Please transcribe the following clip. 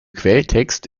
quelltext